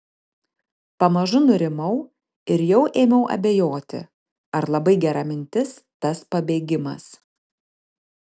pamažu nurimau ir jau ėmiau abejoti ar labai gera mintis tas pabėgimas